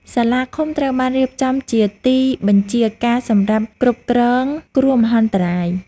សាលាឃុំត្រូវបានរៀបចំជាទីបញ្ជាការសម្រាប់គ្រប់គ្រងគ្រោះមហន្តរាយ។